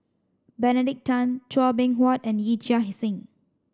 Benedict Tan Chua Beng Huat and Yee Chia Hsing